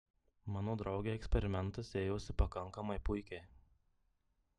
mano draugei eksperimentas ėjosi pakankamai puikiai